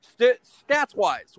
Stats-wise